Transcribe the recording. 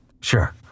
Sure